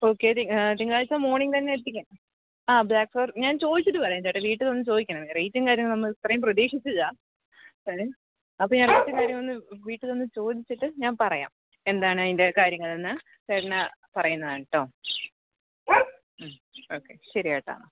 okay തിങ്കളാഴ്ച morning തന്നെ എത്തിക്കാം ആ ബ്ലാക്ക് ഫോറ ഞാൻ ചോദിച്ചിട്ട് പറയാം ചേട്ടാ വീട്ടിൽ ഒന്നു ചോദിക്കണം റേറ്റും കാര്യങ്ങളും നമ്മൾ ഇത്രയും പ്രതീക്ഷിച്ചില്ല ഏ അപ്പോൾ ഞാൻ റേറ്റും കാര്യങ്ങൾ ഒന്ന് വീട്ടിലൊന്ന് ചോദിച്ചിട്ട് ഞാൻ പറയാം എന്താണ് ഇതിന്റെ കാര്യങ്ങളെന്ന് പിന്നെ പറയുന്നതാണ് കേട്ടോ മ്മ് ഓക്കെ ശരി ഏട്ടാ